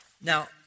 Now